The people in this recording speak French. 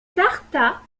tartas